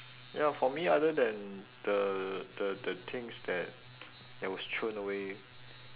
ya for me other than the the the things that that was thrown away